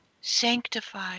sanctify